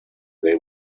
they